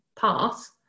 pass